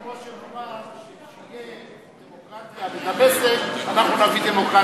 זה כמו שנֹאמר שכשתהיה דמוקרטיה בדמשק אנחנו נביא דמוקרטיה לפה.